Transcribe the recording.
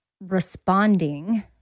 responding